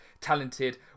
talented